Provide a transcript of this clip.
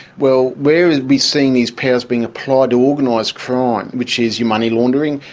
well, where are we seeing these powers being applied to organised crime, which is your money-laundering,